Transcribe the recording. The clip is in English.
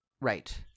Right